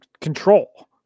control